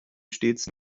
stets